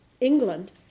England